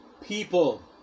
people